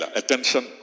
attention